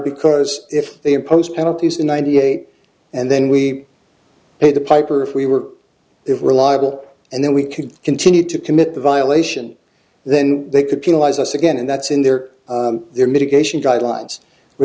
because if they impose penalties in ninety eight and then we pay the piper if we were reliable and then we could continue to commit the violation then they could penalize us again and that's in their their mitigation guidelines where